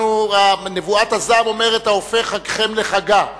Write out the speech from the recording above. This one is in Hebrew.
נבואת הזעם אומרת: ההופך חגכם לחגא.